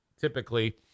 typically